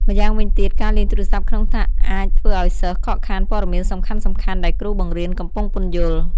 ម្យ៉ាងវិញទៀត ការលេងទូរស័ព្ទក្នុងថ្នាក់អាចធ្វើឱ្យសិស្សខកខានព័ត៌មានសំខាន់ៗដែលគ្រូបង្រៀនកំពុងពន្យល់។